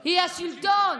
היא השלטון.